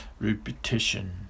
repetition